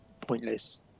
pointless